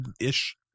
ish